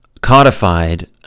codified